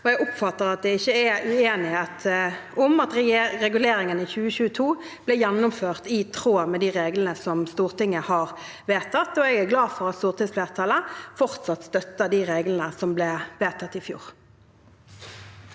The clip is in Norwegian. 2023 oppfatter ikke at det er uenighet om at reguleringen i 2022 ble gjennomført i tråd med de reglene som Stortinget har vedtatt. Jeg er glad for at stortingsflertallet fortsatt støtter de reglene som ble vedtatt i fjor.